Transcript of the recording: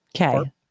okay